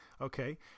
Okay